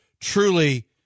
truly